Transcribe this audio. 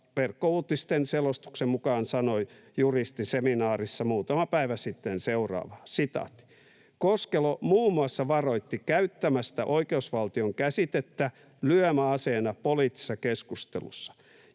Verkkouutisten selostuksen mukaan sanoi juristiseminaarissa muutama päivä sitten seuraavaa: ”Koskelo muun muassa varoitti käyttämästä oikeusvaltion käsitettä lyömäaseena poliittisessa keskustelussa